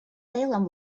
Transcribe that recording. salem